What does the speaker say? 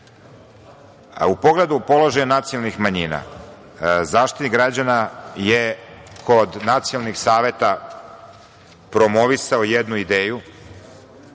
pogledu položaja nacionalnih manjina, Zaštitnik građana je kod nacionalnih saveta promovisao jednu ideju,